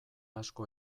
asko